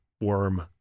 worm